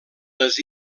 les